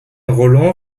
rolland